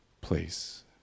place